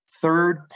third